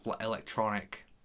Electronic